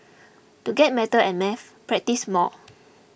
to get matter at maths practise more